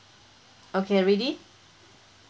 okay ready